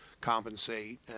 compensate